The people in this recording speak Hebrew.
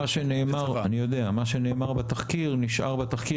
אני יודע מה שנאמר בתחקיר נשאר בתחקיר,